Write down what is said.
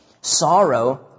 sorrow